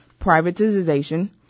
privatization